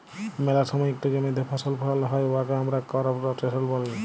ম্যালা সময় ইকট জমিতে ফসল ফলাল হ্যয় উয়াকে আমরা করপ রটেশল ব্যলি